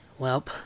Welp